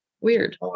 Weird